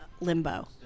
limbo